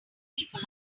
people